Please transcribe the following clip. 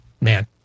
man